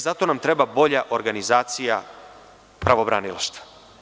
Zato nam treba bolja organizacija pravobranilaštva.